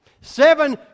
Seven